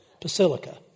basilica